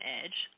edge